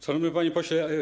Szanowny Panie Pośle!